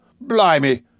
Blimey